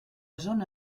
zona